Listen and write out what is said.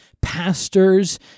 pastors